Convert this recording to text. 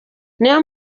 niyo